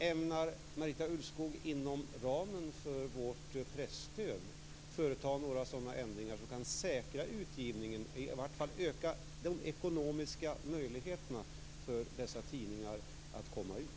Ämnar Marita Ulvskog inom ramen för vårt presstöd företa några ändringar som kan säkra utgivningen eller i varje fall öka de ekonomiska möjligheterna för dessa tidningar att komma ut?